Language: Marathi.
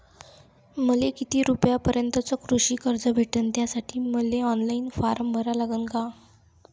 मले किती रूपयापर्यंतचं कृषी कर्ज भेटन, त्यासाठी मले ऑनलाईन फारम भरा लागन का?